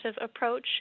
approach